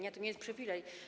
Nie, to nie jest przywilej.